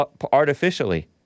artificially